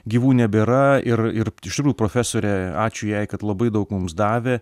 gyvų nebėra ir ir iš tikrųjų profesorė ačiū jai kad labai daug mums davė